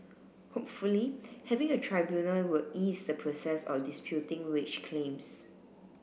hopefully having a tribunal will ease the process of disputing wage claims